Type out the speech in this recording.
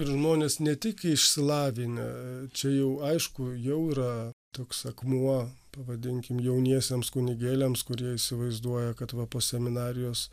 žmonės ne tik išsilavinę čia jau aišku jau yra toks akmuo pavadinkim jauniesiems kunigėliams kurie įsivaizduoja kad va po seminarijos